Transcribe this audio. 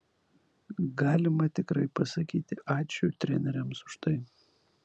galima tikrai pasakyti ačiū treneriams už tai